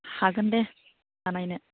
हागोन दे बानायनो